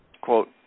quote